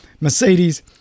Mercedes